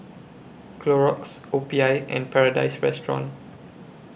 Clorox O P I and Paradise Restaurant